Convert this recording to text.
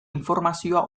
informazioa